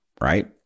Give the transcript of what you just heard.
right